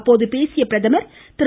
அப்போது பேசிய பிரதமர் திரு